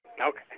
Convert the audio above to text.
Okay